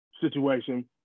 situation